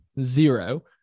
zero